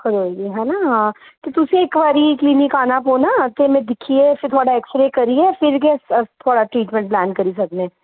कोई निं हैना ते तुसें इक बारी क्लीनिक आना पौना ते में दिक्खियै फेर थुआढ़ा ऐक्सरे करियै फिर गै थुआढ़ा ट्रीटमैंट प्लैन करी सकने